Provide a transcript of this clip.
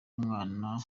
umwana